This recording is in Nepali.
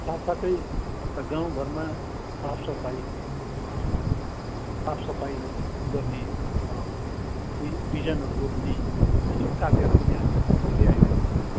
साथसाथै गाउँघरमा साफ सफाइ साफ सफाइ गर्ने बिजनहरू रोप्ने यस्तो कार्यहरू पनि हामी गरी आइरहेका छौँ